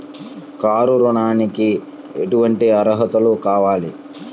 Car ఋణంకి ఎటువంటి అర్హతలు కావాలి?